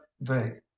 vague